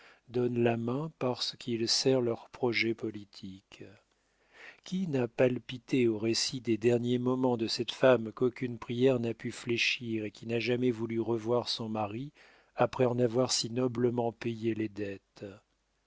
donnent la main parce qu'il sert leurs projets politiques qui n'a palpité au récit des derniers moments de cette femme qu'aucune prière n'a pu fléchir et qui n'a jamais voulu revoir son mari après en avoir si noblement payé les dettes